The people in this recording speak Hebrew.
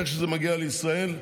איך שזה מגיע לישראל,